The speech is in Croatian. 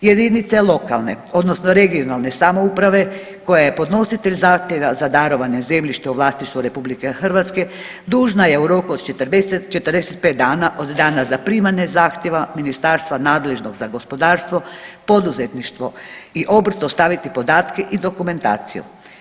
Jedinice lokalne odnosno regionalne samouprave koja je podnositelj zahtjeva za darovanje zemljišta u vlasništvu RH dužna je u roku od 40, 45 dana od dana zaprimanja zahtjeva ministarstva nadležnog za gospodarstvo, poduzetništvo i obrt dostaviti podatke i dokumentaciju.